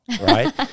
right